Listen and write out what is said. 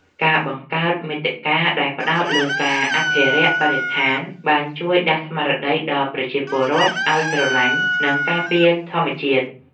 ការបង្កើតមាតិកាដែលផ្ដោតលើការអភិរក្សបរិស្ថានបានជួយដាស់ស្មារតីដល់ប្រជាពលរដ្ឋឱ្យស្រឡាញ់ និងការពារធម្មជាតិ។